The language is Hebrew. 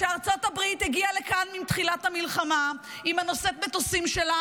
כשארצות הברית הגיעה לכאן בתחילת המלחמה עם נושאת המטוסים שלה,